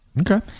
Okay